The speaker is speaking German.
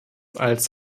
als